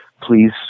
please